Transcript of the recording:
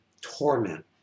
torment